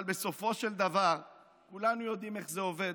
אבל בסופו של דבר כולנו יודעים איך זה עובד: